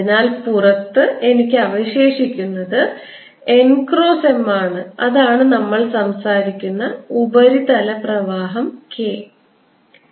അതിനാൽ പുറത്ത് എനിക്ക് അവശേഷിക്കുന്നത് n ക്രോസ് M ആണ് അതാണ് നമ്മൾ സംസാരിക്കുന്ന ഉപരിതല പ്രവാഹം k